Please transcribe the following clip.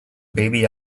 baby